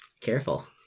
Careful